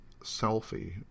Selfie